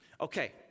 Okay